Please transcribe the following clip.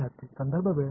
विद्यार्थीः